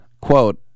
quote